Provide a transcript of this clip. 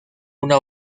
una